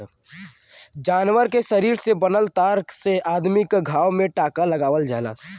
जानवर के शरीर से बनल तार से अदमी क घाव में टांका लगावल जाला